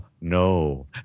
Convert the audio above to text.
no